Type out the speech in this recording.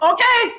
Okay